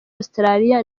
australia